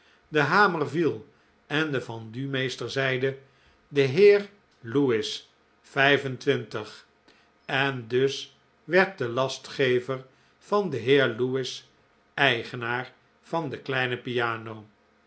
de hamer viel en de vendumeester zeide de heer lewis vijf-en-twintig en dus werd de lastgever van den heer lewis eigenaar van de kleine piano